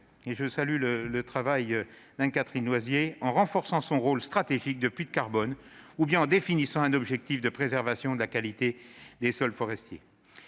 cet égard le travail d'Anne-Catherine Loisier -, en renforçant son rôle stratégique de puits de carbone ou en définissant un objectif de préservation de la qualité des sols forestiers.